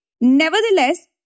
Nevertheless